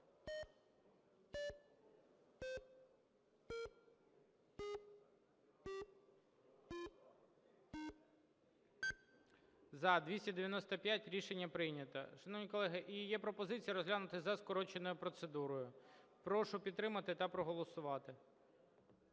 За – 295 Рішення прийнято. Шановні колеги, і є пропозиція розглянути за скороченою процедурою. Прошу підтримати та проголосувати.